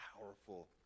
powerful